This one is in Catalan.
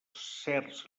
certs